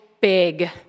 big